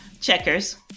Checkers